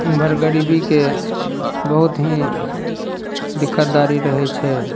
एमहर गरीबीके बहुत हीँ दिक्कतदारी रहय छै